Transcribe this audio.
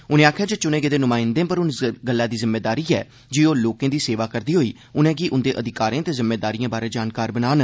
उनें आखेआ जे चुने गेदे नुमाइंदें पर हून इस गल्लै दी जिम्मेदारी ऐ जे ओह् लोकें दी सेवा करदे होई उनें'गी उंदे अधिकारें ते जिम्मेदारिएं बारै जानकार बनान